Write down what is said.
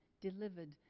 delivered